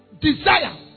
Desire